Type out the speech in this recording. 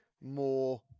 more